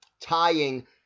tying